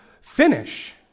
finish